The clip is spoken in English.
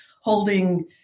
holding